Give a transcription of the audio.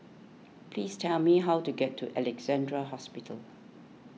please tell me how to get to Alexandra Hospital